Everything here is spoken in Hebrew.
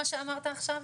מה שאמרת עכשיו.